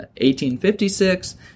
1856